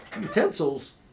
utensils